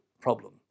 problem